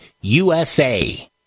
USA